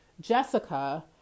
Jessica